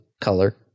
color